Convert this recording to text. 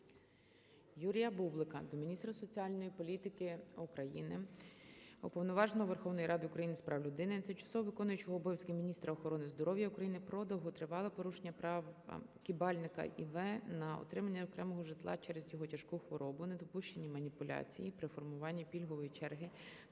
Юрія Бублика до міністра соціальної політики України, Уповноваженого Верховної Ради України з прав людини, тимчасово виконуючої обов'язки міністра охорони здоров'я України про довготривале порушення права Кібальника І.В. на отримання окремого житла через його тяжку хворобу, допущені маніпуляції при формуванні пільгової черги та